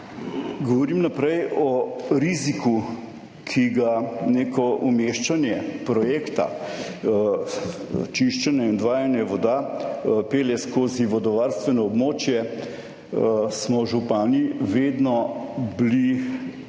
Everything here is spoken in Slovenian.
Govorim naprej o riziku, ki ga neko umeščanje projekta, čiščenje in odvajanje voda pelje skozi vodovarstveno območje, smo župani vedno bili,